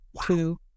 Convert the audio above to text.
two